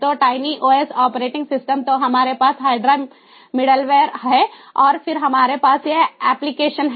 तो TinyOS operating system तो हमारे पास HYDRA मिडलवेयर है और फिर हमारे पास ये एप्लिकेशन हैं